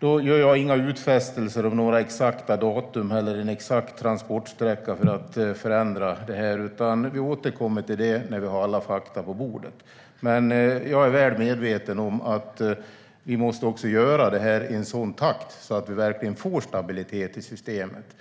Jag gör inga utfästelser om några exakta datum eller någon exakt transportsträcka för att förändra detta, utan vi återkommer till det när vi har alla fakta på bordet. Men jag är väl medveten om att vi måste göra detta i en sådan takt att vi verkligen får stabilitet i systemet.